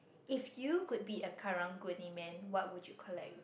if you could be a karang guni man what would you collect